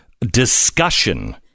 discussion